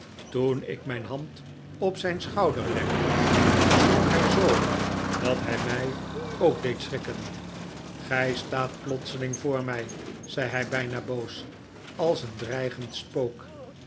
toen ik mijn hand op zijn schouder legde schrok hij zoo dat hij mij ook deed schrikken gij staat plotseling voor mij zei hij bijna boos als een dreigend spook